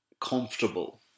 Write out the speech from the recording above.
comfortable